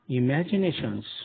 imaginations